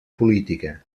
política